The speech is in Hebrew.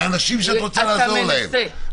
את עושה נזק לאנשים שאת רוצה לעזור להם.